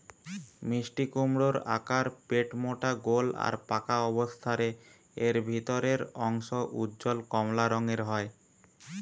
মিষ্টিকুমড়োর আকার পেটমোটা গোল আর পাকা অবস্থারে এর ভিতরের অংশ উজ্জ্বল কমলা রঙের হয়